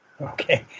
Okay